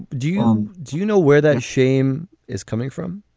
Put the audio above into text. do you, um. do you know where the shame is coming from?